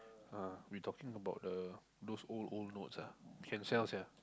ah we talking about the those old old notes ah can sell sia